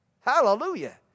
Hallelujah